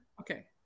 Okay